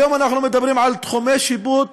היום אנחנו מדברים על תחומי שיפוט